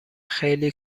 خیلی